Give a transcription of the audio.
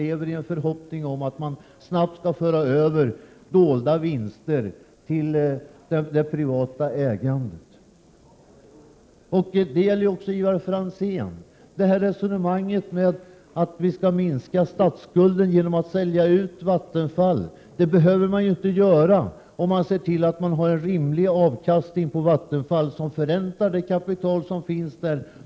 Jo, man hoppas att dolda vinster snabbt skall kunna föras över till det privata ägandet. Jag vänder mig här också till Ivar Franzén. Man för ett resonemang som går ut på att statsskulden kan minskas genom att Vattenfall säljs ut. Men det behövs inte, om man bara ser till att det blir en rimlig avkastning när det gäller Vattenfall. Det gäller ju att förränta det kapital som finns där.